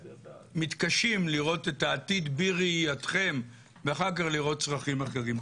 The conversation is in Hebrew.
מתקשים לראות את העתיד בראייתכם ואחר כך לראות צרכים אחרים.